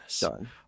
done